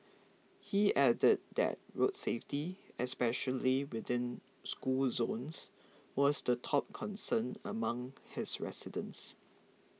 he added that road safety especially within school zones was the top concern among his residents